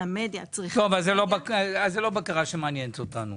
המדיה- -- זה לא בקרה שמעניינת אותנו.